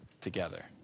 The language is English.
together